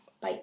Bye